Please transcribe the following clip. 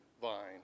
vine